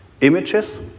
images